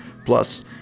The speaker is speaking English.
Plus